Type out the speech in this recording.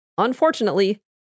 Unfortunately